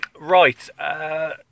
right